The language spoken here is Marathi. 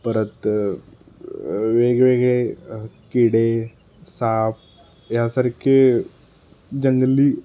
परत वेगवेगळे किडे साप यासारखे जंगली